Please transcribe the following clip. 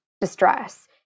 distress